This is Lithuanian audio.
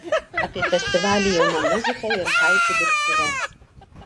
apie festivalį jauna muzika ir haiku dirbtuves